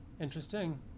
Interesting